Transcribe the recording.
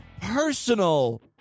personal